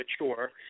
mature